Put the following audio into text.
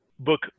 book